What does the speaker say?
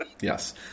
yes